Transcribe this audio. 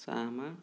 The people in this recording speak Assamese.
চাহ আমাৰ